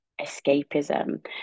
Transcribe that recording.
escapism